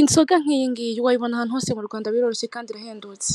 inzoga nkiyingiyi wayibona ahantu hose mu rwanda biroroshye kandi irahedutse.